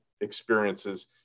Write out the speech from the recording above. experiences